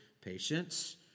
patience